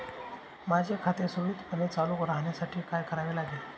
माझे खाते सुरळीतपणे चालू राहण्यासाठी काय करावे लागेल?